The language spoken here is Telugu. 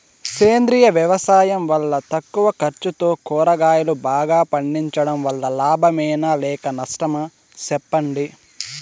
సేంద్రియ వ్యవసాయం వల్ల తక్కువ ఖర్చుతో కూరగాయలు బాగా పండించడం వల్ల లాభమేనా లేక నష్టమా సెప్పండి